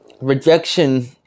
rejection